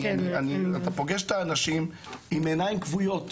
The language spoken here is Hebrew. אתה פוגש את האנשים עם עיניים כבויות,